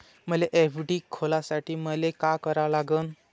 मले एफ.डी खोलासाठी मले का करा लागन?